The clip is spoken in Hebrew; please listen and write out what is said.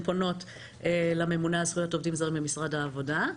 פונות לממונה על זכויות עובדים זרים במשרד העבודה.